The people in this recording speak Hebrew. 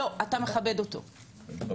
לא, אתה מכבד אותו, חובה.